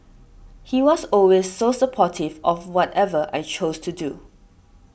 he was always so supportive of whatever I chose to do